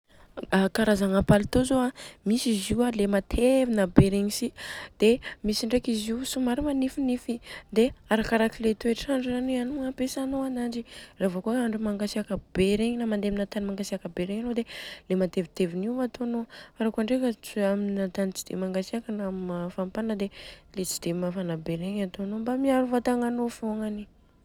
A karazagna paltô zô an dia misy izy io an le matevina be regny si dia misy ndreka izy io somary manifinify dia arakaraka le toetrandro zany an ampiasainô ananjy. Ravô kôa ka andro mangatsiaka be regny na mandeha amina tany mangatsiaka be regny anô dia le matevitevina io atônô. Fa raha kôa ndrek tsy amin'ny tany tsy dia mangatsiaka na mafampana dia ilay tsy dia mafana be regny atônô mba miaro vatagna anô fognany.